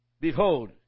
behold